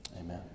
Amen